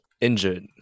injured